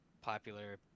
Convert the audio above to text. popular